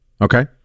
Okay